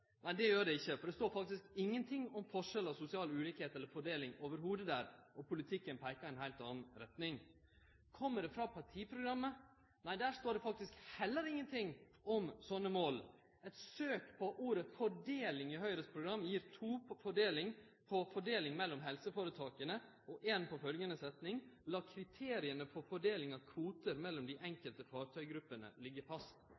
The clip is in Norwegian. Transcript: det gjer det ikkje, for der står det faktisk ingenting om forskjellar og sosial ulikskap eller fordeling i det heile, og politikken peikar i ei heilt anna retning. Kjem det frå partiprogrammet? Nei, der står det faktisk heller ingenting om slike mål. Eit søk på ordet fordeling i Høgre sitt program gir to treff på fordeling – eit treff på fordeling mellom helseforetaka og eit treff på setninga « kriteriene for fordelingen av kvoter mellom